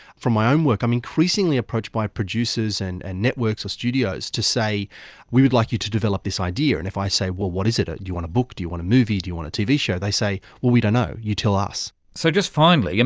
for my own work, i am increasingly approached by producers and and networks or studios to say we would like you to develop this idea. and if i say, well, what is it, do ah you want a book, do you want a movie, do you want a tv show? they say, well, we don't know, you tell us. so, just finally, yeah